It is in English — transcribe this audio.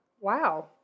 Wow